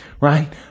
right